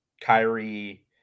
Kyrie